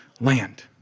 land